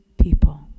people